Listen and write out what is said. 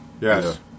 yes